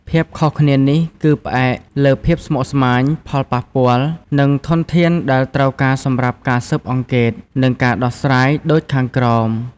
ភាពខុសគ្នានេះគឺផ្អែកលើភាពស្មុគស្មាញ ផលប៉ះពាល់ និងធនធានដែលត្រូវការសម្រាប់ការស៊ើបអង្កេត និងការដោះស្រាយដូចខាងក្រោម។